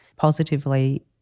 positively